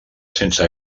sense